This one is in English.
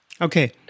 Okay